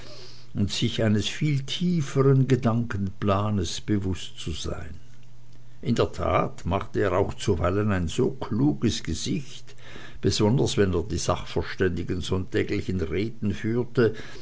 und sich eines viel tieferen gedankenplanes bewußt zu sein in der tat machte er auch zuweilen ein so kluges gesicht besonders wenn er die sachverständigen sonntäglichen reden führte